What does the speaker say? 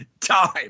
time